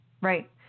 right